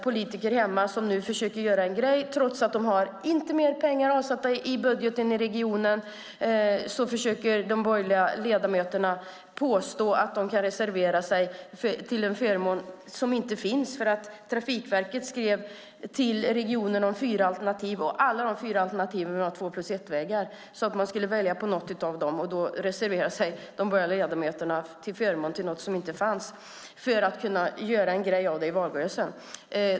Politiker hemma försöker göra en grej av detta. Trots att det inte finns mer pengar avsatta i budgeten i regionen påstår de borgerliga ledamöterna att de kan reservera sig till förmån för något som inte finns. Trafikverket skrev till regionen om fyra alternativ - alla alternativen var två-plus-ett-vägar. Man skulle välja ett av dem. De borgerliga ledamöterna reserverade sig då till förmån för något som inte fanns för att kunna göra en grej av det i valrörelsen.